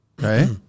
Right